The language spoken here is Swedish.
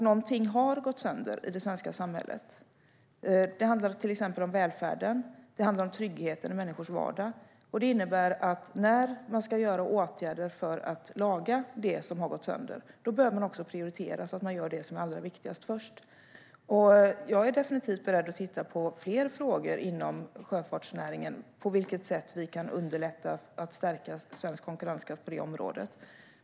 Något har gått sönder i det svenska samhället. Det handlar till exempel om välfärden och om tryggheten i människors vardag. Det innebär att man när man ska vidta åtgärder för att laga det som har gått sönder bör prioritera så att man gör det som är allra viktigast först. Jag är definitivt beredd att titta på fler frågor inom sjöfartsnäringen och på vilket sätt vi kan underlätta för att stärka svensk konkurrenskraft på området.